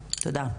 תודה.